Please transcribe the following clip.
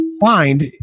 find